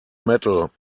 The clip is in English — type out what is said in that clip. metal